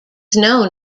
known